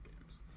games